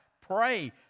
Pray